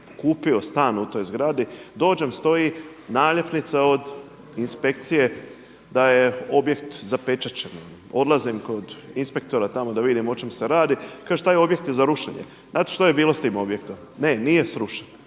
kupio stan u toj zgradi dođem, stoji naljepnica od inspekcije da je objekt zapečaćen. Odlazim kod inspektora tamo da vidim o čemu se radi. Kaže: „Taj objekt je za rušenje.“ Znate što je bilo s tim objektom? Ne, nije srušen